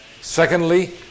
Secondly